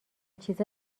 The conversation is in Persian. چیزا